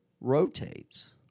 rotates